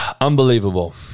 Unbelievable